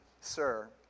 sir